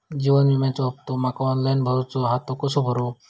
जीवन विम्याचो हफ्तो माका ऑनलाइन भरूचो हा तो कसो भरू?